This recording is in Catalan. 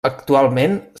actualment